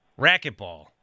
racquetball